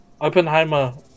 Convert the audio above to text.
Oppenheimer